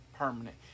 permanent